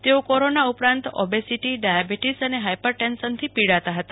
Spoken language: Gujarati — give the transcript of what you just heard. તેઓ કોરોના ઉપરાંત ઓબેસિટી ડાયાબીટીસ અને હાયપરટેન્શનથી પીડાતા હતા